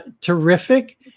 Terrific